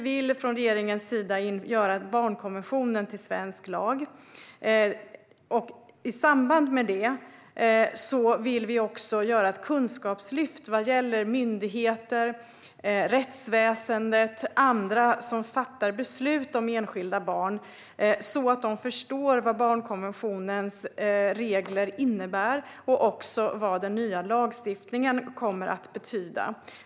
Vi från regeringen vill göra barnkonventionen till svensk lag. I samband med det vill vi också införa ett kunskapslyft för myndigheter, rättsväsen och andra som fattar beslut om enskilda barn, så att de förstår vad barnkonventionens regler innebär och vad den nya lagstiftningen kommer att betyda.